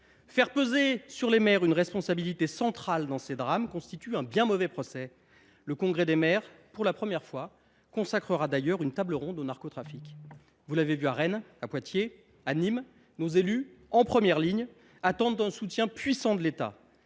Faire peser sur les maires une responsabilité centrale dans de tels drames constitue un bien mauvais procès. Le Congrès des maires consacrera d’ailleurs pour la première fois une table ronde au narcotrafic. Vous l’avez vu, à Rennes, à Poitiers, à Nîmes, nos élus, qui sont en première ligne, attendent un soutien puissant de l’État.